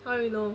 how you know